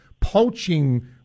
poaching